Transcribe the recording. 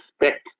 respect